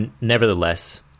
nevertheless